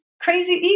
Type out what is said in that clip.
crazy